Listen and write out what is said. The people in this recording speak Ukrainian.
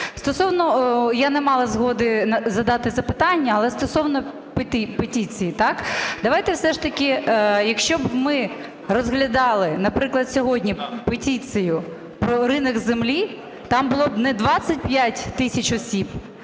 Я не мала згоди задати запитання, але стосовно петиції. Давайте все ж таки, якщо б ми розглядали, наприклад, сьогодні петицію про ринок землі, там було б не 25 тисяч осіб,